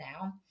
now